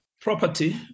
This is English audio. property